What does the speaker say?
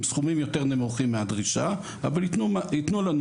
עם סכומים יותר נמוכים מהדרישה אבל ייתנו לנו,